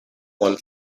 one